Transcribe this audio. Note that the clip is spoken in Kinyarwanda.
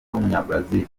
w’umunyabrazil